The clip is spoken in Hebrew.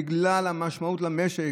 בגלל המשמעות למשק,